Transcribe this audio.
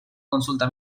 consulta